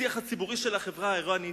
השיח הציבורי של החברה האירנית,